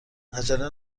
عجله